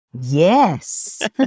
Yes